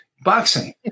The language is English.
boxing